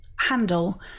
handle